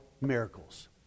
miracles